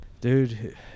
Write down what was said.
dude